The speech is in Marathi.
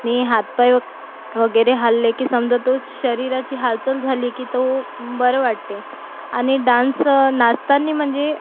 आणि हातपाय व वगैरे हलले की समजा तो शरीराची हालचाल झाली की तो बरं वाटते आणि डान्स नाचताना म्हणजे